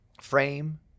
frame